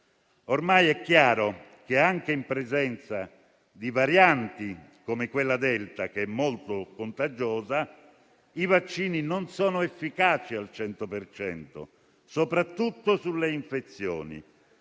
È chiaro che, anche in presenza di varianti come quella delta, che è molto contagiosa, i vaccini non sono efficaci al 100 per cento, soprattutto sulle infezioni.